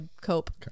cope